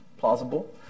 plausible